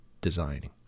designing